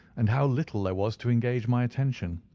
and how little there was to engage my attention.